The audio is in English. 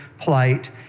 plight